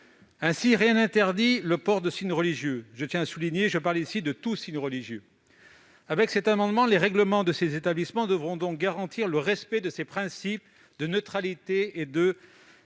Ainsi, rien n'interdit le port de signes religieux. Je tiens à souligner que je parle ici de tout signe religieux ! Aux termes de cet amendement, les règlements de ces établissements devront garantir le respect de ces principes de neutralité et de